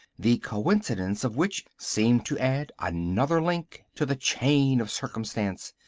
the coincidence of which seemed to add another link to the chain of circumstance.